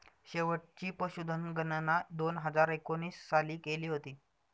शेवटची पशुधन गणना दोन हजार एकोणीस साली केली होती